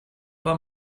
pas